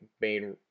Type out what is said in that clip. main